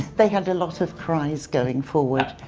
they had a lot of cries going forward.